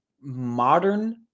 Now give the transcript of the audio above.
modern